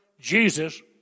Jesus